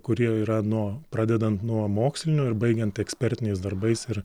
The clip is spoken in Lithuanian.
kurie yra nuo pradedant nuo mokslinių ir baigiant ekspertiniais darbais ir